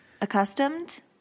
Accustomed